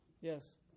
Yes